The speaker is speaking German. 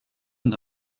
den